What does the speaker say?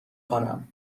خوانم